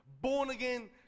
born-again